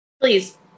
Please